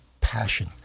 passion